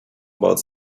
about